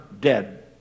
dead